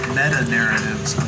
meta-narratives